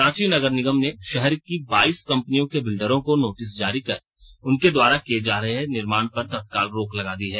रांची नगर निगम ने शहर की बाइस कंपनियों के बिल्डरों को नोटिस जारी कर उनके द्वारा किए जा रहे निर्माण पर तत्काल रोक लगा दी है